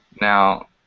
Now